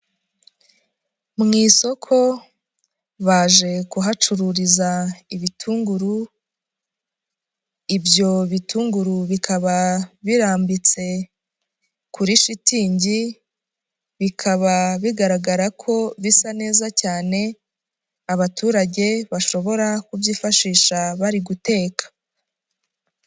Mu isoko baje kuhacururiza ibitunguru ibyo bitunguru, bikaba birambitse kuri shitingi, bikaba bigaragara ko bisa neza cyane, abaturage bashobora kubyifashisha bari guteka.